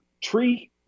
Tree